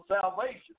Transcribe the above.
salvation